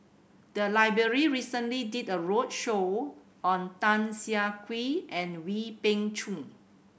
the library recently did a roadshow on Tan Siah Kwee and Wee Beng Chong